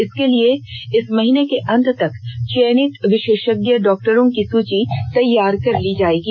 इसके लिए इस महीने के अंत तक चयनित विषेषज्ञ डॉक्टरों की सूची तैयार कर ली जाएगी